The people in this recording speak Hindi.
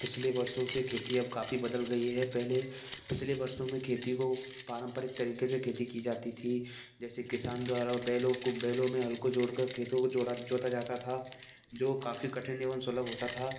पिछले वर्षों से खेती अब काफ़ी बदल गई है पहले पिछले वर्षों में खेती को पारंपरिक तरीक़े से खेती की जाती थी जैसे किसान द्वारा बैलों को बैलों में हलको जोड़कर खेतों को जोड़ा जोता जाता था जो काफ़ी कठिन एवं सुलभ होता था